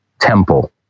temple